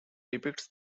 depicts